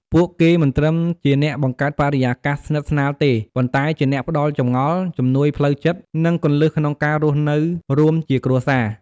ពួកគេមិនត្រឹមជាអ្នកបង្កើតបរិយាកាសស្និទ្ធស្នាលទេ ប៉ុន្តែជាអ្នកផ្តល់ចម្ងល់ ជំនួយផ្លូវចិត្ត និងគន្លឹះក្នុងការរស់នៅរួមជាគ្រួសារ។